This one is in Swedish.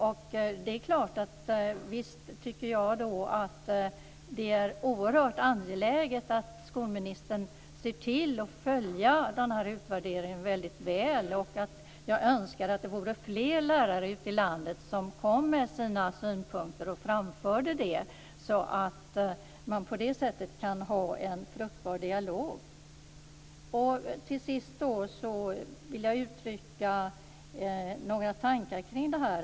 Och visst tycker jag att det är oerhört angeläget att skolministern ser till att följa den här utvärderingen väldigt väl. Jag önskar att fler lärare ute i landet skulle framföra sina synpunkter, så att man på det sättet kan ha en fruktbar dialog. Till sist vill jag uttrycka några tankar kring det här.